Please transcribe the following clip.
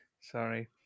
Sorry